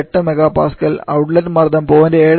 8 MPa ഉം outlet മർദ്ദം 0